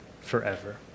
forever